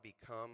become